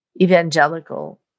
evangelical